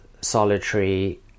solitary